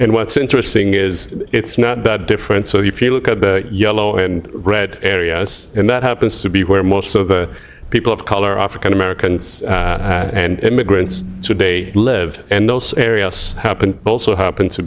and what's interesting is it's not that different so if you look at the yellow and red areas in that happens to be where most of the people of color african americans and immigrants today live and those areas happen also happens to